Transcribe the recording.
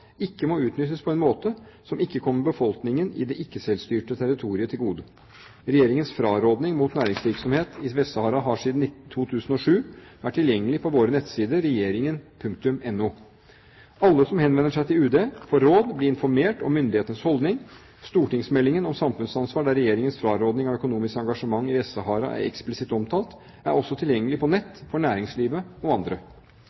ikke må utnyttes på en måte som ikke kommer befolkningen i det ikke-selvstyrte territoriet til gode. Regjeringens frarådning av næringsvirksomhet i Vest-Sahara har siden 2007 vært tilgjengelig på våre nettsider regjeringen.no. Alle som henvender seg til UD for råd, blir informert om myndighetenes holdning. Stortingsmeldingen om samfunnsansvar, der Regjeringens frarådning av økonomisk engasjement i Vest-Sahara er eksplisitt omtalt, er også tilgjengelig på